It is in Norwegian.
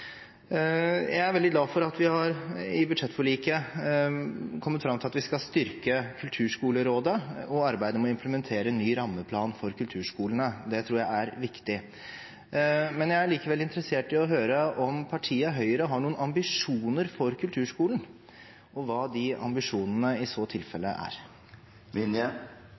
Jeg er veldig glad for at vi i budsjettforliket har kommet fram til at vi skal styrke Kulturskolerådet og arbeide med å implementere ny rammeplan for kulturskolene. Det tror jeg er viktig. Jeg er likevel interessert i å høre om partiet Høyre har noen ambisjoner for kulturskolen, og hva de ambisjonene i så fall er.